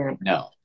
no